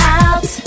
out